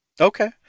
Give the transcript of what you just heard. Okay